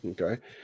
Okay